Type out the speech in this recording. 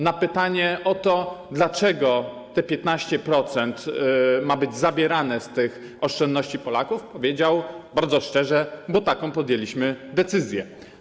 Na pytanie o to, dlaczego te 15% ma być zabierane z tych oszczędności Polaków, powiedział bardzo szczerze: Bo taką podjęliśmy decyzję.